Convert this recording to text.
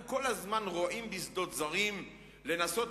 אנחנו כל הזמן רועים בשדות זרים לנסות